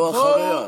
לא אחריה.